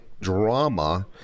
drama